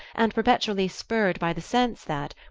and perpetually spurred by the sense that,